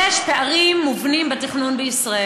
יש פערים מובנים בתכנון בישראל,